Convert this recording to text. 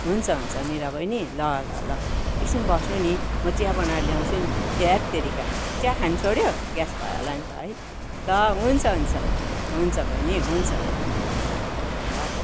हुन्छ हुन्छ मिरा बहिनी ल ल ल एकछिन बस्नु नि म चिया बनाएर ल्याउँछु नि हैट तेरिका चिया खानु छोड्यो ग्यास भयो होला नि त है ल हुन्छ हुन्छ हुन्छ बहिनी हुन्छ हुन्छ ल